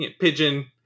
Pigeon